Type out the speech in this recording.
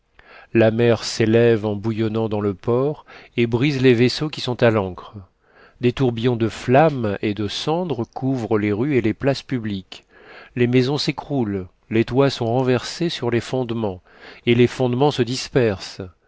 la mer s'élève en bouillonnant dans le port et brise les vaisseaux qui sont à l'ancre des tourbillons de flammes et de cendres couvrent les rues et les places publiques les maisons s'écroulent les toits sont renversés sur les fondements et les fondements se dispersent